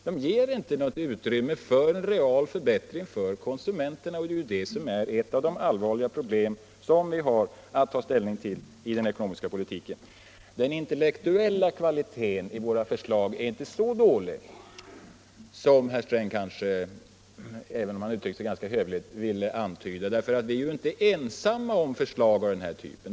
Det blir inte något utrymme för en real förbättring för konsumenterna, och just det är ett av de allvarliga problem som vi har att ta ställning till i den ekonomiska politiken. Den intellektuella kvaliteten på moderaternas förslag är inte så dålig som herr Sträng tycks vilja antyda, även om han uttrycker sig ganska hövligt. Vi är ju inte ensamma om förslag av den här typen.